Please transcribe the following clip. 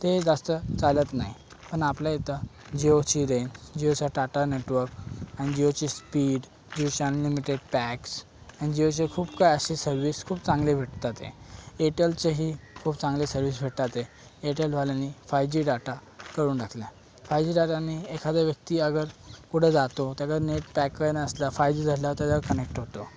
ते जास्त चालत नाही पण आपल्या इथं जिओची रेंज जिओचं टाटा नेटवर्क आणि जिओची स्पीड जिओचे अनलिमिटेड पॅक्स आणि जिओची खूप काही अशी सर्विस खूप चांगले भेटतात आहे एअरटेलचंही खूप चांगलं सर्विस भेटतात आहे एअरटेलवाल्यांनी फाइव जी डाटा करून टाकला फाइव जी डाटानी एखादा व्यक्ती अगर कुठे जातो अगर नेट पॅकही नसला फाइव जी झाला त्यावर कनेक्ट होतो